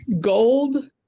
Gold